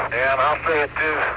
and i'll say it too.